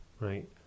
Right